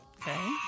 Okay